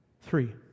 Three